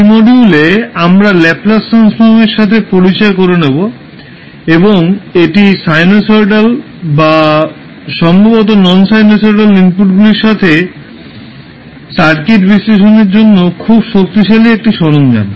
এই মডিউলে আমরা ল্যাপলাস ট্রান্সফর্মের সাথে পরিচয় করে নেব এবং এটি সাইনোসয়েডাল বা সম্ভবত নন সাইনোসয়েডাল ইনপুটগুলির সাথে সার্কিট বিশ্লেষণের জন্য খুব শক্তিশালী একটি সরঞ্জাম